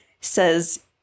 says